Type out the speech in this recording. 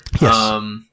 Yes